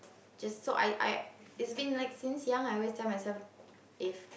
just so I I it's been like since young I always tell myself if